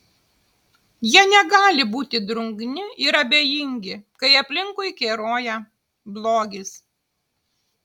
jie negali būti drungni ir abejingi kai aplinkui keroja blogis